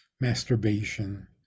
masturbation